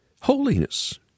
Holiness